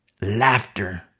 laughter